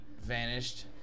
vanished